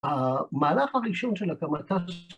המהלך הראשון של הקמתה